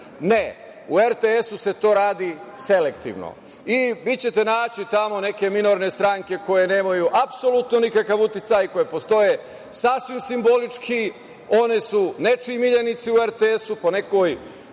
ne, u RTS-u se to radi selektivno. Vi ćete naći tamo neke minorne stranke koje nemaju apsolutno nikakav uticaj, koje postoje sasvim simbolički, oni su nečiji miljenici u RTS-u, po